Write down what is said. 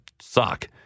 suck